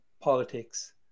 politics